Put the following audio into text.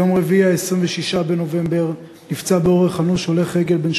ביום רביעי 26 בנובמבר נפצע באורח אנוש הולך רגל בן